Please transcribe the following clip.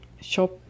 shop